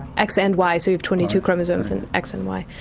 x and y, so you have twenty two chromosomes and x and y,